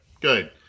Good